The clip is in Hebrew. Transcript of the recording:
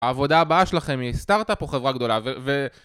העבודה הבאה שלכם היא סטארט-אפ או חברה גדולה ו...